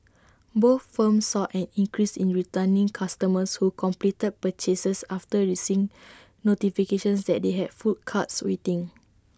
both firms saw an increase in returning customers who completed purchases after receiving notifications that they had full carts waiting